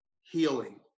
healing